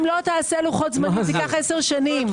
לא תעשה לוחות זמנים זה ייקח עשר שנים.